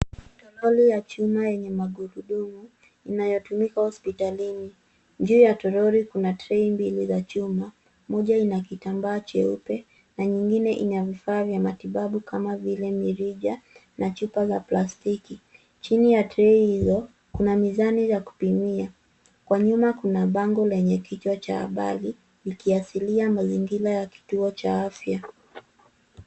Troli ya chuma yenye magurudumu, inayotumika hospitalini. Juu ya troli kuna trei mbili za chuma, moja ina kitambaa cheupe, na nyingine ina vifaa vya matibabu kaama vile mirija, na chupa za plastiki. Chini ya treii hizo, kuna mizani za kupimia. Kwa nyuma kuna bango lenye kichwa cha habadhi likiasilia mazingila ya kituo cha afya.